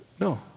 no